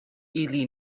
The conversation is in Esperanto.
ili